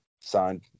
signed